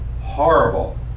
horrible